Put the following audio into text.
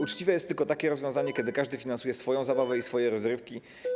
Uczciwe jest tylko takie rozwiązanie, kiedy każdy finansuje swoją zabawę i swoje rozrywki.